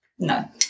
No